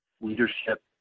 leadership